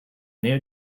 new